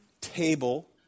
table